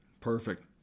Perfect